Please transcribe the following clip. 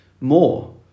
more